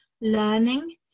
learning